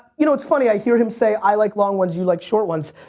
you know, it's funny, i hear him say i like long ones, you like short ones.